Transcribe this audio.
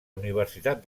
universitat